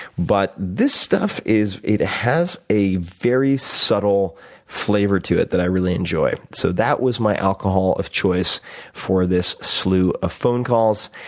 but this stuff, it has a very subtle flavor to it that i really enjoy. so that was my alcohol of choice for this slew of phone calls.